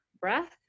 breath